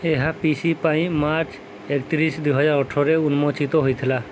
ଏହା ପି ସି ପାଇଁ ମାର୍ଚ୍ଚ ଏକତିରିଶ ଦୁଇ ହଜାର ଅଠରରେ ଉନ୍ମୋଚିତ ହେଇଥିଲା